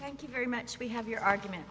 thank you very much we have your argument